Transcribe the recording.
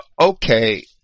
Okay